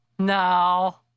No